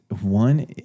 one